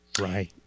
Right